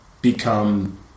become